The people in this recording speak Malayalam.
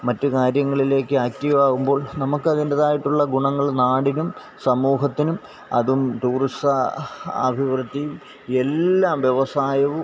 മറ്റു കാര്യങ്ങളിലേക്ക് ആക്റ്റീവാവുമ്പോള് നമുക്കതിന്റെതായിട്ടുള്ള ഗുണങ്ങള് നാടിനും സമൂഹത്തിനും അതും ടൂറിസ അഭിവൃദ്ധിയും എല്ലാം വ്യവസായവും